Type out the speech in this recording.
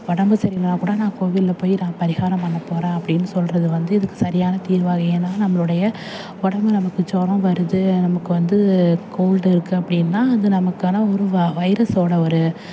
உடம்பு சரியில்லைன்னா கூட நான் கோவிலில் போய் தான் பரிகாரம் பண்ணப் போகிறேன் அப்படின்னு சொல்கிறது வந்து இதுக்கு சரியான தீர்வாகாது ஏன்னா நம்மளுடைய உடம்பு நமக்கு ஜுரம் வருது நமக்கு வந்து கோல்டு இருக்குது அப்படின்னா அது நமக்கான ஒரு வ வைரஸோடய ஒரு